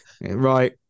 right